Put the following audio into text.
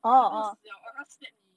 then 你就死 liao or 它 slap 你